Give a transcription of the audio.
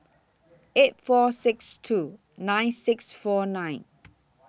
eight four six two nine six four nine